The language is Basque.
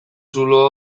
zulo